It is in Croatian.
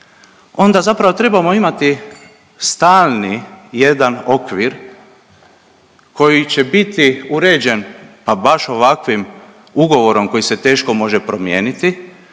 onda zapravo trebamo imati stalni jedan okvir koji će biti uređen pa baš ovakvim ugovorom koji se teško može promijeniti,